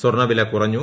സ്വർണ്ണവില കുറഞ്ഞു